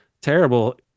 terrible